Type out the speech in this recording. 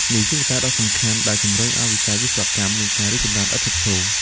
នេះជាកត្តាដ៏សំខាន់ដែលជំរុញឲ្យវិស័យវិស្វកម្មមានការរីកចម្រើនឥតឈប់ឈរ។